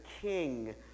king